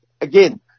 again